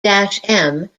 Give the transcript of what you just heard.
basal